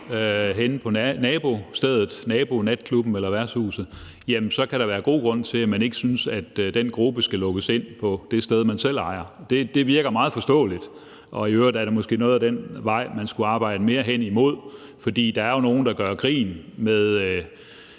henne på nabostedet, nabonatklubben eller -værtshuset, så kan der være god grund til, at man ikke synes, at den gruppe skal lukkes ind på det sted, man selv ejer. Det virker meget forståeligt, og i øvrigt er det måske noget, man skulle arbejde mere hen imod, for der er jo nogle, der gør grin med